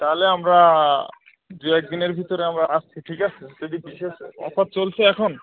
তাহলে আমরা দু এক দিনের ভিতরে আমরা আসছি ঠিক আছে যদি বিশেষ অফার চলছে এখন